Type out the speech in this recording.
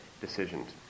decisions